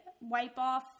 wipe-off